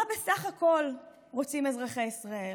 מה בסך הכול רוצים אזרחי ישראל?